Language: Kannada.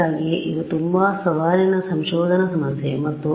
ಇದಕ್ಕಾಗಿಯೇ ಇದು ತುಂಬಾ ಸವಾಲಿನ ಸಂಶೋಧನಾ ಸಮಸ್ಯೆ ಮತ್ತು